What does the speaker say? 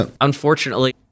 Unfortunately